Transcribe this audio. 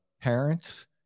Parents